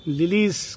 lilies